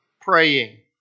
praying